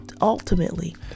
ultimately